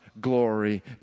glory